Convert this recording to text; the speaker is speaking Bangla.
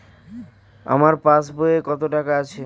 আমার পাস বইতে কত টাকা আছে?